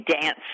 dance